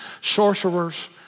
sorcerers